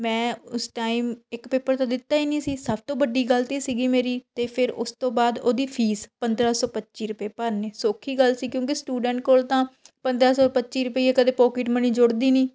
ਮੈਂ ਉਸ ਟਾਈਮ ਇੱਕ ਪੇਪਰ ਤਾਂ ਦਿੱਤਾ ਹੀ ਨਹੀਂ ਸੀ ਸਭ ਤੋਂ ਵੱਡੀ ਗ਼ਲਤੀ ਸੀਗੀ ਮੇਰੀ ਅਤੇ ਫਿਰ ਉਸ ਤੋਂ ਬਾਅਦ ਉਹਦੀ ਫ਼ੀਸ ਪੰਦਰ੍ਹਾਂ ਸੌ ਪੱਚੀ ਰੁਪਏ ਭਰਨੇ ਸੌਖੀ ਗੱਲ ਸੀ ਕਿਉਂਕਿ ਸਟੂਡੈਂਟ ਕੋਲ ਤਾਂ ਪੰਦਰ੍ਹਾਂ ਸੌ ਪੱਚੀ ਰੁਪਈਏ ਕਦੀ ਪੋਕਿਟ ਮਨੀ ਜੁੜਦੀ ਨਹੀਂ